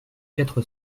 quatre